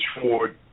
Ford